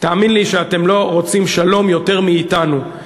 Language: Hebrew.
תאמין לי שאתם לא רוצים שלום יותר מאתנו,